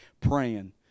praying